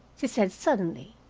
she said suddenly.